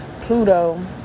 Pluto